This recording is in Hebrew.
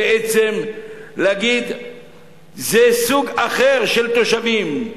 זה בעצם להגיד שזה סוג אחר של תושבים.